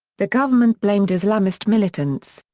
the government blamed islamist militants.